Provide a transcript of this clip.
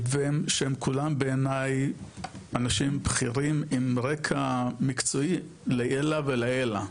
ושהם כולם בעיני אנשים בכירים עם רקע מקצועי לעילא ולעילא,